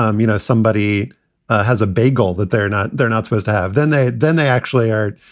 um you know, somebody has a bagel that they're not they're not supposed to have than they had, then they actually are,